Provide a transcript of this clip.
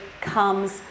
comes